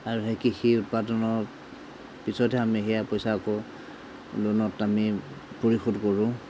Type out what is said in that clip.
আৰু সেই কৃষি উৎপাদনৰ পিছতহে আমি সেয়া পইচা আকৌ লোনত আমি পৰিশোধ কৰোঁ